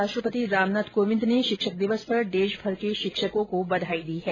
राष्ट्रपति रामनाथ कोविंद ने शिक्षक दिवस पर देश भर के शिक्षकों को बधाई दी है